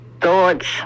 thoughts